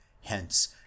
hence